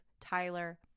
Tyler